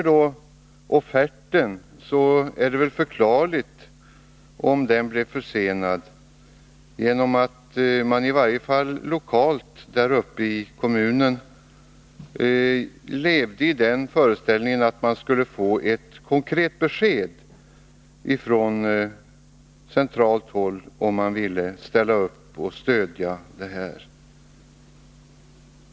Det är väl förklarligt att offerten blev försenad, eftersom man lokalt i kommunen levde i den föreställningen att man skulle få ett konkret besked om eventuellt stöd från centralt håll.